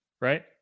Right